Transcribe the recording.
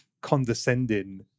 condescending